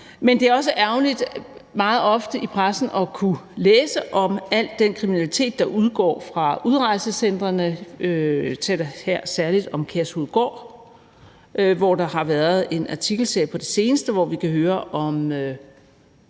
Men det er så ærgerligt meget ofte i pressen at kunne læse om al den kriminalitet, der udgår fra udrejsecentrene. Jeg taler her særlig om Kærshovedgård, som der på det seneste har været en artikelserie om, hvor vi kan høre om